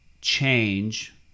change